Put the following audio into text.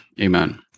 Amen